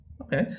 Okay